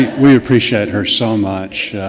we appreciate her so much.